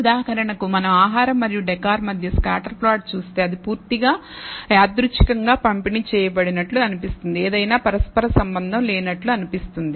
ఉదాహరణకు మనం ఆహారం మరియు డెకర్ మధ్య స్కాటర్ ప్లాట్ చూస్తే ఇది పూర్తిగా యాదృచ్ఛికంగా పంపిణీ చేయబడినట్లు అనిపిస్తుంది ఏదైనా పరస్పర సంబంధం లేనట్లు అనిపిస్తుంది